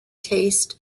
taste